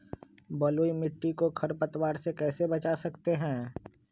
बलुई मिट्टी को खर पतवार से कैसे बच्चा सकते हैँ?